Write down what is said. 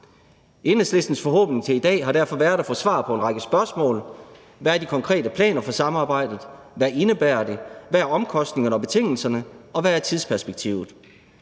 Enhedslistens forhåbning til i dag har derfor været at få svar på en række spørgsmål. Hvad er de konkrete planer for samarbejdet? Hvad indebærer det? Hvad er omkostningerne og betingelserne? Og hvad er tidsperspektivet?